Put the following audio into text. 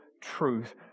truth